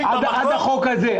עד החוק הזה.